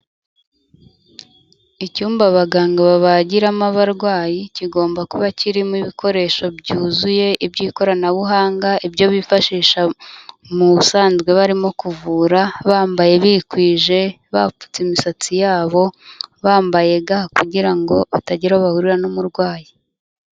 Icyumba abaganga babagiramo abarwayi kigomba kuba kirimo ibikoresho byuzuye, iby'ikoranabuhanga, ibyo bifashisha mu busanzwe barimo kuvura, bambaye bikwije, bapfutse imisatsi yabo, bambaye ga kugira ngo batagira aho bahurira n'umurwayi.